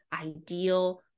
ideal